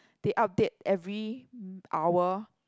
they update every hour